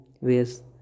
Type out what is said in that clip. ways